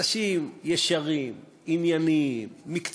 אנשים ישרים, ענייניים, מקצועיים,